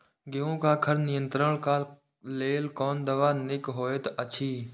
गेहूँ क खर नियंत्रण क लेल कोन दवा निक होयत अछि?